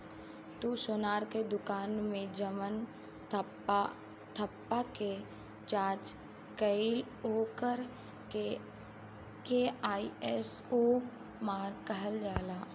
तू सोनार के दुकान मे जवन ठप्पा के जाँच कईल ओकर के आई.एस.ओ मार्क कहल जाला